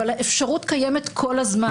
אבל האפשרות קיימת כל הזמן.